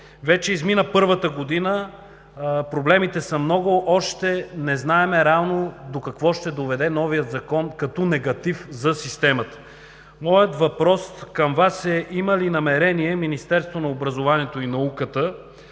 Вече измина първата година, проблемите са много. Още не знаем реално до какво ще доведе новият Закон като негатив за системата. Моят въпрос към Вас е: има ли намерение Министерството на образованието и науката